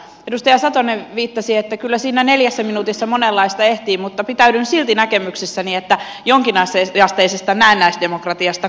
edustaja satonen viittasi että kyllä siinä neljässä minuutissa monenlaista ehtii mutta pitäydyn silti näkemyksessäni että jonkinasteiset ja sateisesta näennäisdemokratiasta